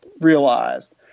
realized